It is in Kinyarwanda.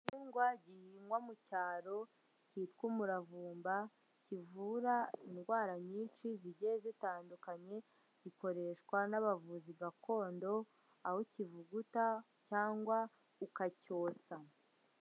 Igihingwa gihingwa mu cyaro cyitwa umuravumba, kivura indwara nyinshi zigiye zitandukanye, gikoreshwa n'abavuzi gakondo, aho ukivuguta cyangwa ukacyotsa.